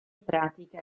pratica